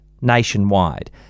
nationwide